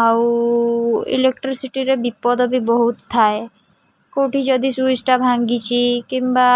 ଆଉ ଇଲେକ୍ଟ୍ରିସିଟିରେ ବିପଦ ବି ବହୁତ ଥାଏ କେଉଁଠି ଯଦି ସୁଇଚ୍ଟା ଭାଙ୍ଗିଛି କିମ୍ବା